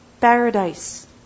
Paradise